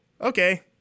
okay